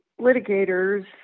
litigators